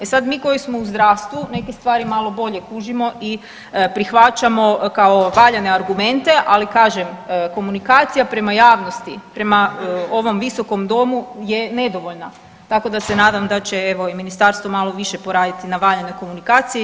E sad, mi koji smo u zdravstvu neke stvari malo bolje kužimo i prihvaćamo kao valjane argumente, ali kažem komunikacija prema javnosti, prema ovom visokom domu je nedovoljna, tako da se nadam da će evo i ministarstvo malo više poraditi na valjanoj komunikaciji.